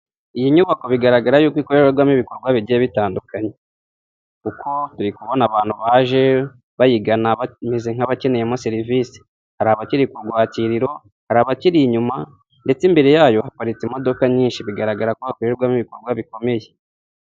Iyi nyubako bigaragara yuko ikorerwamo ibikorwa bigiye bitandukanye, kuko turi kubona abantu baje bayigana bameze nk'abakeneyemo serivisi. Hari abakiri kurwakiriro, hari abakiri inyuma, ndetse imbere yayo hapatse imodoka nyinshi; bigaragara ko hakorerwamo ibikorwa bikomeye.